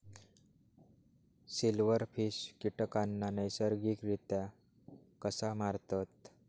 Silverfish कीटकांना नैसर्गिकरित्या कसा मारतत?